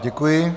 Děkuji.